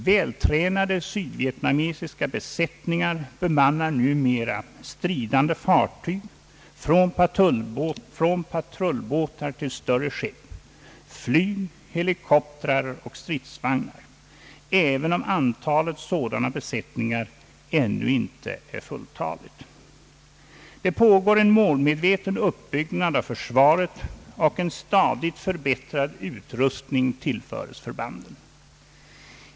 Vältränade sydvietnamesiska besättningar bemannar numera stridande fartyg från patrullbåtar till större skepp, flyg, helikoptrar och stridsvagnar, även om antalet sådana besättningar ännu inte är tillräckligt. Det pågår en målmedveten uppbyggnad av försvaret, och en stadigt förbättrad utrustning tillföres förbanden.